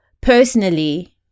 personally